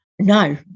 no